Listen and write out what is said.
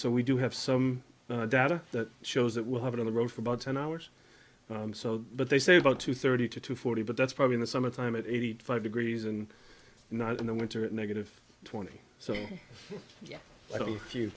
so we do have some data that shows that we'll have it on the road for about ten hours so but they say about two thirty to forty but that's probably in the summertime at eighty five degrees and not in the winter at negative twenty so